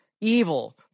evil